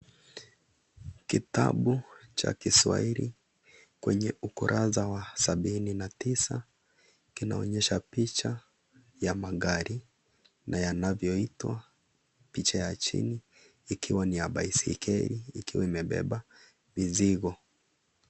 Kitabu cha kiswahili kwenye ukurasa wa sabini na tisa kinaonyesha picha ya magari na yanavyoitwa, picha ya chini ikiwa ni ya baisikeli ikiwa imebeba mizigo.